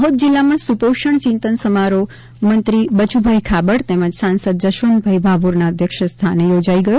દાહોદ જિલ્લામાં સુપોષણ ચિંતન સમારોહ મંત્રી બચુભાઈ ખાબડ તેમજ સાંસદ જશવંતસિંહ ભાભોરના અધ્યક્ષસ્થાને યોજાઈ ગયો